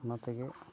ᱚᱱᱟᱛᱮᱜᱮ